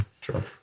True